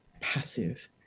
passive